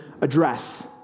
address